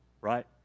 Right